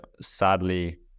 sadly